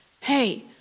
Hey